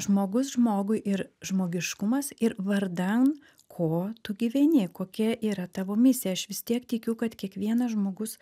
žmogus žmogui ir žmogiškumas ir vardan ko tu gyveni kokia yra tavo misija aš vis tiek tikiu kad kiekvienas žmogus